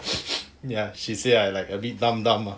ya she say I like a dumb dumb mah